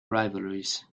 rivalries